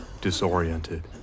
disoriented